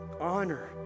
honor